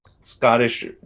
scottish